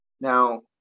now